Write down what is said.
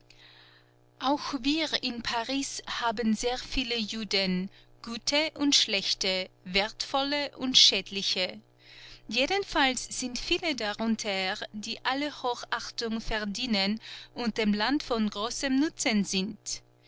auch wir in paris haben sehr viele juden gute und schlechte wertvolle und schädliche jedenfalls sind viele darunter die alle hochachtung verdienen und dem land von großem nutzen sind